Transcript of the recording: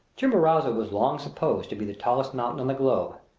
chimborazo was long supposed to be the tallest mountain on the globe,